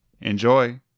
Enjoy